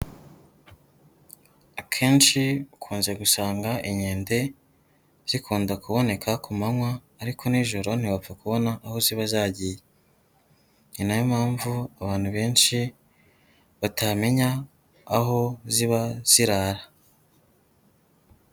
Akenshi ukunze gusanga inkende zikunda kuboneka ku manywa ariko nijoro ntiwapfa kubona aho ziba zagiye. Ni na yo mpamvu abantu benshi batamenya aho ziba zirara.